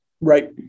Right